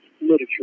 literature